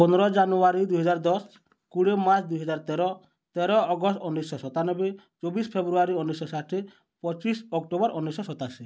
ପନ୍ଦର ଜାନୁଆରୀ ଦୁଇହଜାର ଦଶ କୋଡ଼ିଏ ମାର୍ଚ୍ଚ ଦୁଇହଜାର ତେର ତେର ଅଗଷ୍ଟ ଉଣେଇଶହ ସତାନବେ ଚବିଶ ଫେବୃଆରୀ ଉଣେଇଶହ ଷାଠିଏ ପଚିଶ ଅକ୍ଟୋବର ଉଣେଇଶହ ସତାଶୀ